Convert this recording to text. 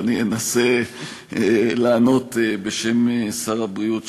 ואני אנסה לענות בשם שר הבריאות,